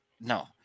no